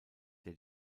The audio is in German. der